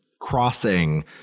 crossing